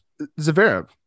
Zverev